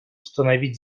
установить